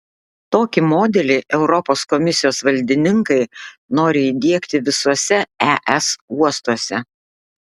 tokį modelį europos komisijos valdininkai nori įdiegti visuose es uostuose